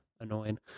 annoying